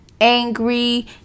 angry